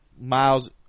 Miles